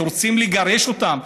שרוצים לגרש אותם,